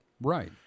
Right